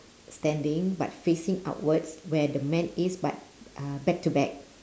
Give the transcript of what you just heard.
standing but facing outwards where the man is but uh back to back